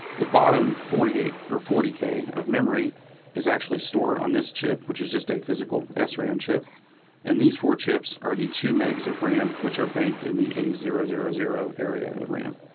the bottom forty eight or forty k of memory is actually stored on this chip which is just a physical sram chip and these four chips are the two megs of ram which are banked in the a zero zero zero of ram.